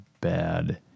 bad